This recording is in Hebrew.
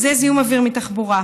זה זיהום אוויר מתחבורה.